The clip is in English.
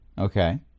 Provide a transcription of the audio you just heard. Okay